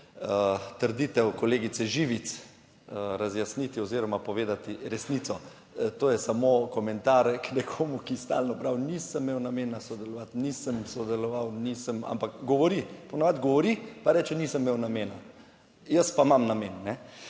trditev kolegice Živic razjasniti oziroma povedati resnico. To je samo komentar k nekomu, ki stalno pravi nisem imel namena sodelovati, nisem sodeloval, nisem, ampak govori, po navadi govori, pa reče nisem imel namena. Jaz pa imam namen.